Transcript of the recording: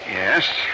Yes